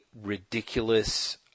ridiculous